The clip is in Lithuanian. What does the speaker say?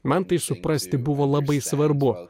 man tai suprasti buvo labai svarbu